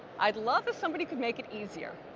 i'd love if somebody could make it easier.